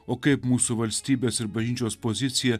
o kaip mūsų valstybės ir bažnyčios pozicija